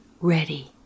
ready